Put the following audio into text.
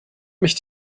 mich